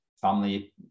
family